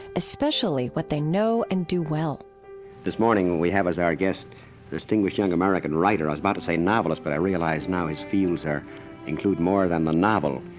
especially what they know and do well this morning, we have as our guest the distinguished young american writer i was about to say novelist, but i realize now his fields are include more than the novel,